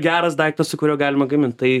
geras daiktas su kuriuo galima gamint tai